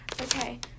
Okay